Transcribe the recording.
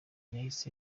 yahize